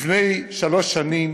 לפני שלוש שנים